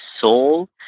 soul